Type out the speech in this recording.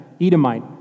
Edomite